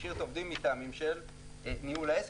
השאיר אותם מטעמים של ניהול העסק,